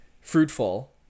fruitful